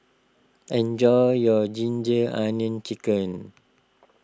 enjoy your Ginger Onions Chicken